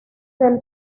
del